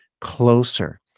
closer